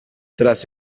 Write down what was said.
tras